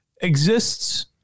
exists